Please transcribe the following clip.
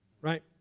Right